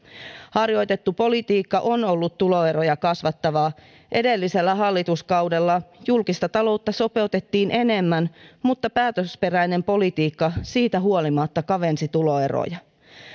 harjoitettu politiikka on ollut tuloeroja kasvattavaa edellisellä hallituskaudella julkista taloutta sopeutettiin enemmän mutta päätösperäinen politiikka siitä huolimatta kavensi tuloeroja